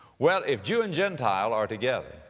well, if jew and gentile are together,